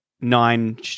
nine